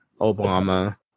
Obama